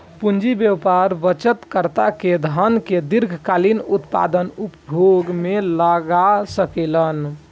पूंजी बाजार बचतकर्ता के धन के दीर्घकालिक उत्पादक उपयोग में लगा सकेलन